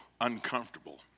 uncomfortable